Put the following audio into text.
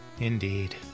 Indeed